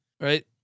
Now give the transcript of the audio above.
right